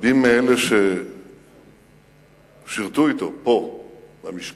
רבים מאלה ששירתו אתו פה במשכן